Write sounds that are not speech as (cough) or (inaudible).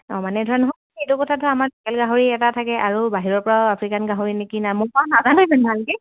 অঁ মানে ধৰা নহয় এইটো কথা ধৰা আমাৰ (unintelligible) গাহৰি এটা থাকে আৰু বাহিৰৰ পৰা আফ্ৰিকান গাহৰি নেকি না মোক বা নাজানো ইমান ভালকৈ